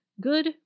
Good